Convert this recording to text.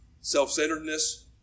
self-centeredness